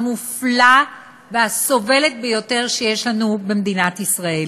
המופלית והסובלת ביותר שיש לנו במדינת ישראל.